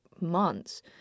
months